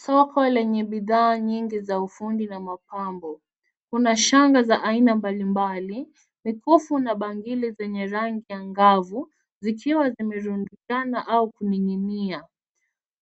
Soko lenye bidhaa nyingi za ufundi na mapambo. Kuna shanga za aina mbali mbali, vikofu, na bangili zenye rangi angavu, zikiwa zimerundikana au kuning'inia.